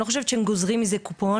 אני לא חושבת שהם גוזרים מזה קופון.